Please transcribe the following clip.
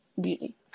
Beauty